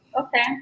okay